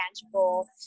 tangible